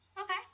Okay